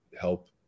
help